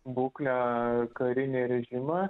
būklę karinį režimą